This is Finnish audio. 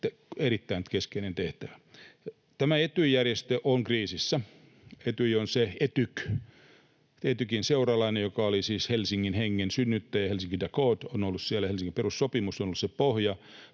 erittäin keskeinen tehtävä. Tämä Etyj-järjestö on kriisissä. Etyj on se Etykin seuraaja, joka oli siis Helsingin hengen synnyttäjä. Helsinki Accords on ollut siellä, ja Helsingin perussopimus on ollut se pohja,